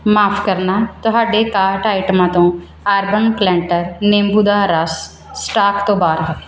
ਮਾਫ਼ ਕਰਨਾ ਤੁਹਾਡੇ ਕਾਰਟ ਆਈਟਮਾਂ ਤੋਂ ਅਰਬਨ ਪਲੈੱਟਰ ਨਿੰਬੂ ਦਾ ਰਸ ਸਟਾਕ ਤੋਂ ਬਾਹਰ ਹੈ